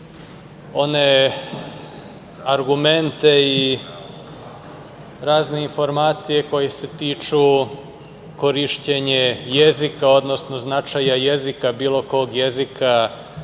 one argumente i razne informacije koje se tiču korišćenja jezika, odnosno značaja jezika, bilo kog jezika